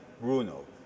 Bruno